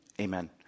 amen